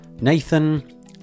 Nathan